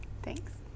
Thanks